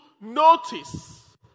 notice